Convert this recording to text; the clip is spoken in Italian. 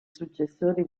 successore